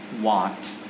want